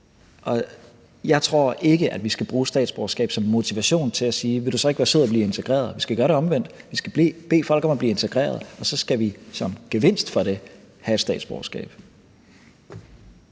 Jeg tror ikke, at vi skal bruge statsborgerskab som motivation til at sige: Vil du så ikke være sød at blive integreret? Vi skal gøre det omvendt: Vi skal bede folk om at blive integreret, og så skal de som gevinst for det have et statsborgerskab.